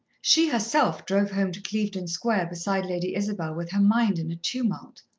she herself drove home to clevedon square beside lady isabel with her mind in a tumult.